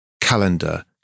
calendar